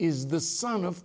is the son of